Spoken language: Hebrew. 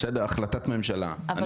נניח שהייתה החלטת ממשלה.